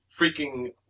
freaking